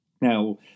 Now